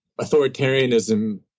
authoritarianism